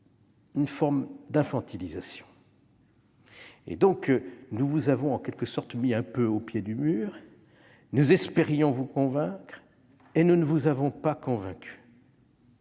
une forme d'infantilisation. C'est pourquoi nous vous avons, en quelque sorte, mis au pied du mur. Nous espérions vous convaincre ; nous ne vous avons pas convaincu.